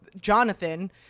jonathan